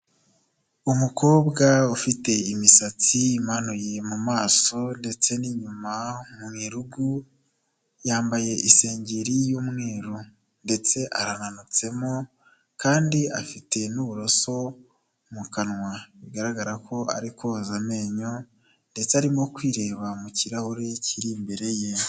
Umukobwa ufite imisatsi imanuye mu maso ndetse n'inyuma mu irugu, yambaye isengeri y'umweru ndetse arananutsemo kandi afite n'uburoso mu kanwa, bigaragara ko ari koza amenyo ndetse arimo kwireba mu kirahure kiri imbere ye.